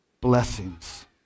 blessings